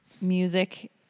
Music